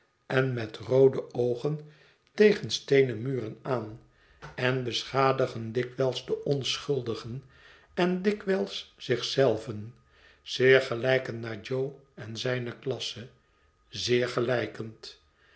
en met roode oogen tegen steenen muren aan en beschadigen dikwijls de onschuldigen en dikwijls zich zelven zeer gelijkend naar jo en zijne klasse zeer gelijkend